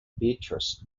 beatrice